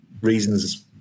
reasons